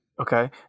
Okay